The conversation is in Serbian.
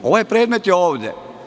Ovaj predmet je ovde.